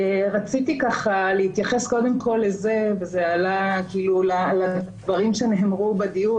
רציתי ככה להתייחס קודם כל לזה וזה עלה ככה בדברים שנאמרו בדיון,